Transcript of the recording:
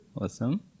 Awesome